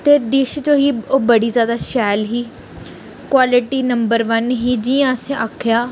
ते डिश तोहें ओह् बड़ी ज्यादा शैल ही क्वालटी नंबर वन ही जियां असें आखेआ